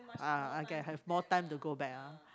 ah I can have more time to go back ah